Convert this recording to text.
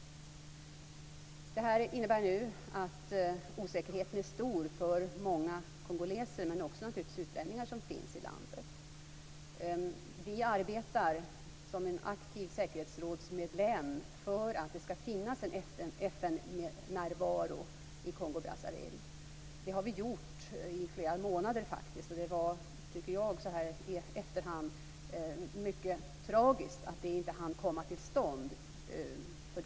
Detta innebär att osäkerheten är stor för många kongoleser, men naturligtvis också för många utlänningar som finns i landet. Som en aktiv säkerhetsrådsmedlem arbetar vi för en FN-närvaro i Kongo-Brazzaville. Det har vi gjort i flera månader, och så här i efterhand ser vi att det var mycket tragiskt att någon sådan inte hann komma till stånd tidigare.